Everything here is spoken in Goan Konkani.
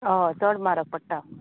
हय चड म्हारग पडटा